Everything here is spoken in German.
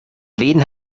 wen